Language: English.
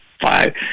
five